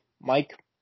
Mike